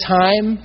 time